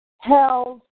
held